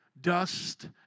dust